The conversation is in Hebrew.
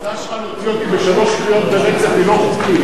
ההחלטה להוציא אותי בשלוש קריאות ברצף היא לא חוקית.